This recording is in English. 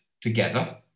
together